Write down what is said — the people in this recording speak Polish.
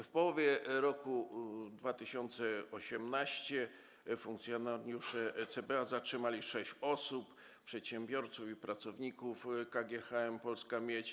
W połowie roku 2018 funkcjonariusze CBA zatrzymali sześć osób, przedsiębiorców i pracowników KGHM Polska Miedź.